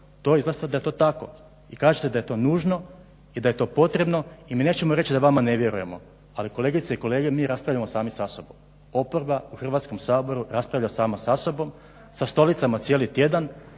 to izglasat da je to tako. I kažete da je to nužno i da je to potrebno. I mi nećemo reći da vama ne vjerujemo, ali kolegice i kolege, mi raspravljamo sami sa sobom. Oporba u Hrvatskom saboru raspravlja sama sa sobom, sa stolicama cijeli tjedan.